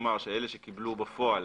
שתאמר שאלה שקיבלו בפועל